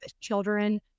children